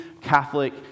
Catholic